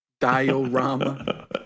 diorama